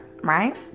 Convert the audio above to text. right